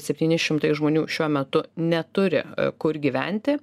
septyni šimtai žmonių šiuo metu neturi kur gyventi